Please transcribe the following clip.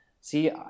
see